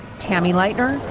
tammy leitner,